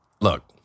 look